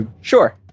Sure